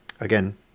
again